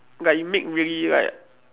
like you make really like